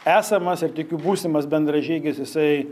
esamas ir tikiu būsimas bendražygis jisai